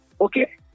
okay